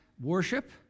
Worship